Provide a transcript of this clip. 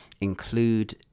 include